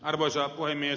arvoisa puhemies